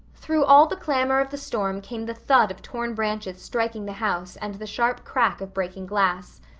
through all the clamor of the storm came the thud of torn branches striking the house and the sharp crack of breaking glass.